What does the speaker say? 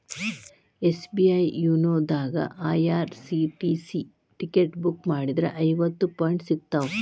SBI YONO ದಾಗಾ IRCTC ticket book ಮಾಡಿದ್ರ ಐವತ್ತು ಪಾಯಿಂಟ್ ಸಿಗ್ತಾವ